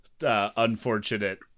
unfortunate